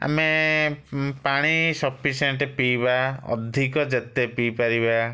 ଆମେ ପାଣି ସଫିସେଣ୍ଟ୍ ପିଇବା ଅଧିକ ଯେତେ ପିଇ ପାରିବା